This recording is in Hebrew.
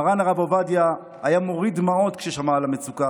מרן הרב עובדיה היה מוריד דמעות כששמע על המצוקה.